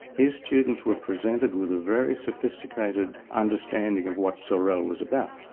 his students were presented with a very sophisticated understanding of what sorel was about,